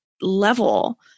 level